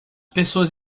pessoas